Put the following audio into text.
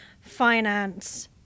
finance